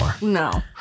no